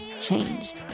changed